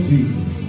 Jesus